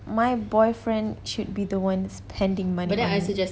my boyfriend should be the one spending money on me